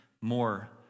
more